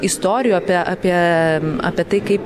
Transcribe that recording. istorijų apie apie apie tai kaip